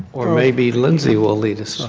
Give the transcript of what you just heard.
or maybe lyndsay will lead us.